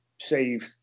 saved